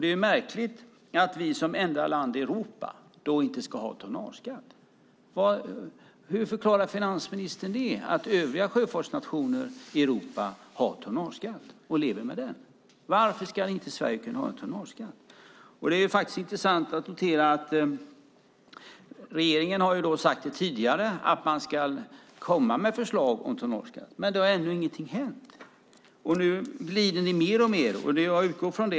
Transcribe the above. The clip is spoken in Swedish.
Det är märkligt att vi som enda land i Europa inte ska ha tonnageskatt. Hur förklarar finansministern att övriga sjöfartsnationer i Europa har tonnageskatt och lever med den? Varför ska inte Sverige kunna ha en tonnageskatt? Det är intressant att notera att regeringen tidigare har sagt att man ska komma med ett förslag om tonnageskatt, men ingenting har hänt ännu. Nu glider ni mer och mer.